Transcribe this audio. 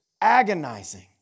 agonizing